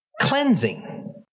cleansing